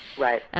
right.